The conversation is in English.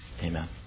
Amen